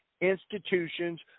institutions